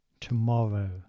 Tomorrow